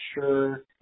sure